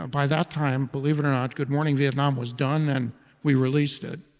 um by that time, believe it or not, good morning vietnam was done and we released it.